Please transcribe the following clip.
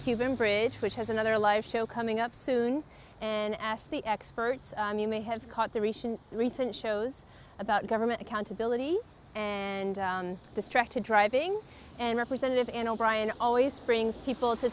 cuban bridge which has another life show coming up soon and asked the experts you may have caught the recession recent shows about government accountability and distracted driving and representative and o'brien always brings people